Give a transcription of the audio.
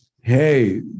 hey